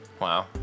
Wow